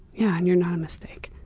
yeah, and you're not a mistake.